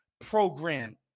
program